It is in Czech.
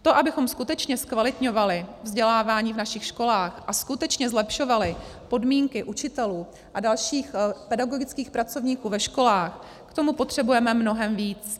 To, abychom skutečně zkvalitňovali vzdělávání v našich školách a skutečně zlepšovali podmínky učitelů a dalších pedagogických pracovníků ve školách, k tomu potřebujeme mnohem víc.